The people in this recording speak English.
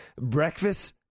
breakfast